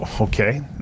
Okay